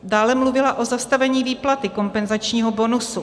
Dále mluvila o zastavení výplaty kompenzačního bonusu.